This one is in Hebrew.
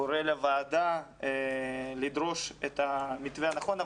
קורא לוועדה לדרוש את המתווה הנכון.